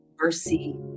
mercy